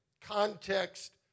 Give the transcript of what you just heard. context